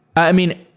i mean,